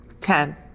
Ten